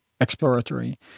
exploratory